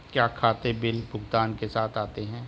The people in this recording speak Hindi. क्या खाते बिल भुगतान के साथ आते हैं?